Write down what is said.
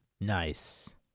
Nice